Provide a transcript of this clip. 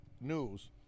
news